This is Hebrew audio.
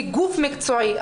כגוף מקצועי,